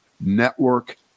network